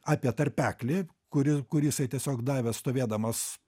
apie tarpeklį kuri kurį jisai tiesiog davė stovėdamas